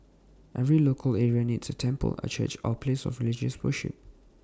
every local area needs A temple A church A place of religious worship